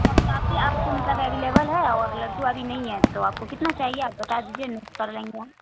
سون پاپڑی آپ کو مطلب اویلیبل ہے اور لڈو ابھی نہیں ہے تو آپ کو کتنا چاہیے آپ بتا دیجیے کر لیں گے ہم